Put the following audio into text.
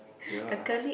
ya lah